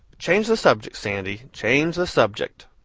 change the subject, sandy, change the subject.